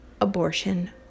Abortion